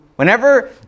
Whenever